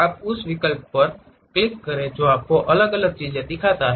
आप उस विकल्प पर क्लिक करें जो आपको अलग अलग चीजें दिखाता है